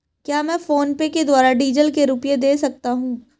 क्या मैं फोनपे के द्वारा डीज़ल के रुपए दे सकता हूं?